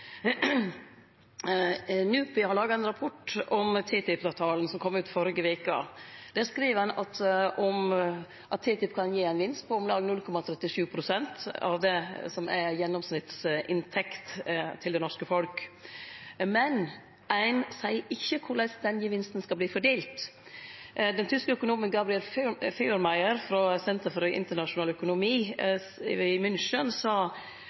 NUPI har laga ein rapport om TTIP-avtalen. Han kom ut i førre veke. Der skriv ein at TTIP kan gi ein gevinst på om lag 0,37 pst. av det som er gjennomsnittsinntekt til det norske folk. Men ein seier ikkje korleis den gevinsten skal verte fordelt. Den tyske økonomen Gabriel Felbermayr frå Senter for internasjonal økonomi i München sa